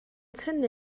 tynnu